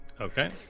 Okay